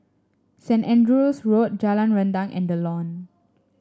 Saint Andrew's Road Jalan Rendang and The Lawn